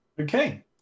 Okay